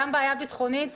גם בעיה ביטחונית,